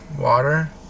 water